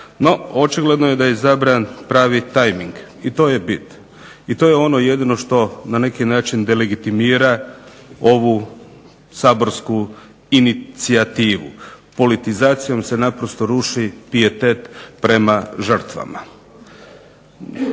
No, očigledno da je izabran pravi tajminig i to je bit i to je jedino što na neki način delegitimira ovu saborsku inicijativu. Politizacijom se naprosto ruži pijetet prema žrtvama.